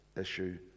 issue